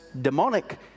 demonic